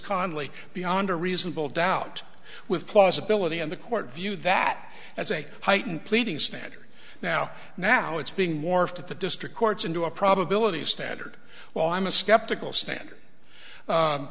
conley beyond a reasonable doubt with plausibility and the court view that as a heightened pleading standard now now it's being morphed at the district courts into a probability standard well i'm a skeptical standard